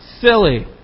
silly